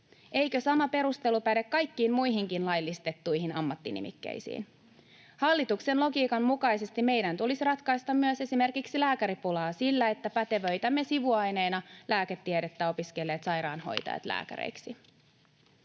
Eikö sama perustelu päde kaikkiin muihinkin laillistettuihin ammattinimikkeisiin? Hallituksen logiikan mukaisesti meidän tulisi ratkaista myös esimerkiksi lääkäripulaa sillä, että pätevöitämme sivuaineena lääketiedettä opiskelleet sairaanhoitajat lääkäreiksi.